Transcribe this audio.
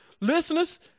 listeners